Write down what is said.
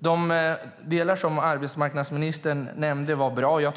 De delar som arbetsmarknadsministern nämnde är bra.